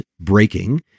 breaking